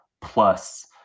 plus